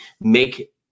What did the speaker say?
make